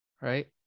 right